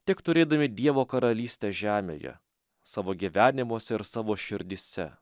tik turėdami dievo karalystę žemėje savo gyvenimuose ir savo širdyse